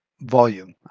volume